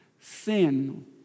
sin